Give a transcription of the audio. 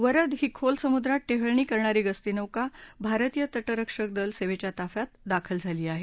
वरद ही खोल समुद्रात टेहळणी करणारी गस्तीनौका भारतीय तटरक्षक दल सेवेच्या ताफ्यात दाखल झाली आहे